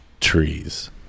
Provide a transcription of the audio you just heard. Trees